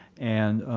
and